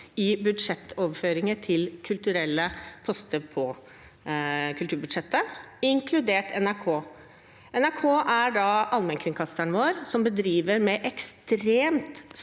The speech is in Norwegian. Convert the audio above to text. i budsjettoverføringer til kulturelle poster på kulturbudsjettet, inkludert NRK. NRK er allmennkringkasteren vår som utøver formidling